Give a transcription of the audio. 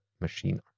machine